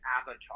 avatar